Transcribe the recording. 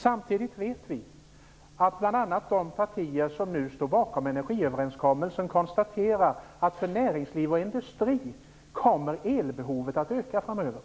Samtidigt vet vi att bl.a. de partier som nu står bakom energiöverenskommelsen konstaterar att elbehovet för näringsliv och industri kommer att öka framöver.